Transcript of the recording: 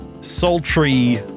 sultry